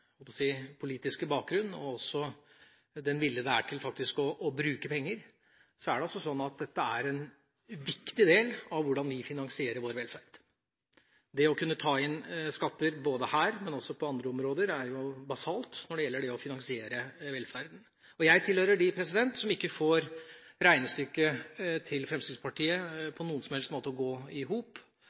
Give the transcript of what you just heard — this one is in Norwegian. peke på, særlig med tanke på forslagsstillernes politiske bakgrunn og den vilje det er til faktisk å bruke penger, er: Det er slik at dette er en viktig del av hvordan vi finansierer vår velferd. Det å kunne ta inn skatter her, men også på andre områder, er jo basalt når det gjelder det å finansiere velferden. Jeg tilhører dem som ikke får regnestykket til Fremskrittspartiet til å gå i hop